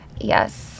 Yes